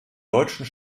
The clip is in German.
deutschen